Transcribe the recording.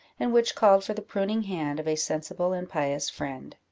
and which called for the pruning hand of a sensible and pious friend.